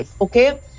okay